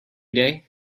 day